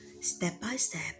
step-by-step